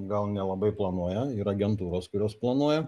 gal nelabai planuoja yra agentūros kurios planuoja